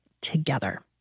together